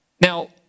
Now